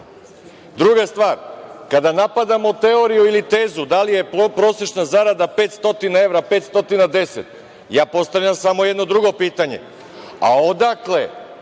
akta? Druga stvar, kada napadamo teoriju ili tezu da li je prosečna zarada 500 evra, 510, postavljam samo jedno drugo pitanje